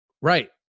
Right